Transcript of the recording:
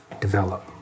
develop